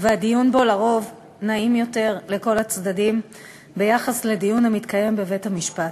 והדיון בו על-פי רוב נעים יותר לכל הצדדים מדיון המתקיים בבית-המשפט.